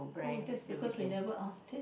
oh that's because we never ask ten